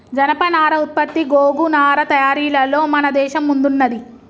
జనపనార ఉత్పత్తి గోగు నారా తయారీలలో మన దేశం ముందున్నది